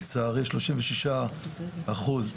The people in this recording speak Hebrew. לצערי שלושים ושישה אחוז,